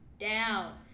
Down